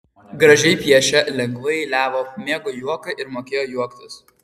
gražiai piešė lengvai eiliavo mėgo juoką ir mokėjo juoktis